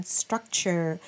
structure